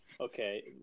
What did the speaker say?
Okay